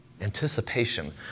Anticipation